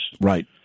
Right